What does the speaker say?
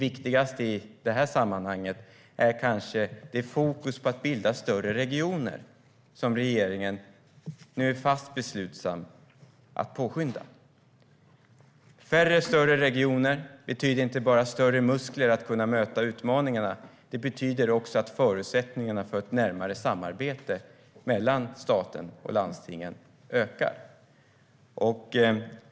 Viktigast i detta sammanhang är kanske det fokus på att bilda större regioner som regeringen nu är fast besluten att påskynda. Färre och större regioner betyder inte bara större muskler att kunna möta utmaningarna. Det betyder också att förutsättningarna för ett närmare samarbete mellan staten och landstingen ökar.